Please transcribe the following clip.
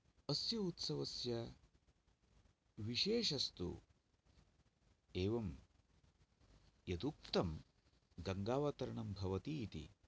अस्य उत्सवस्य विशेषस्तु एवं यदुक्तं गङ्गावतरणं भवति इति